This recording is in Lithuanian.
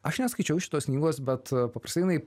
aš neskaičiau šitos knygos bet paprastai jinai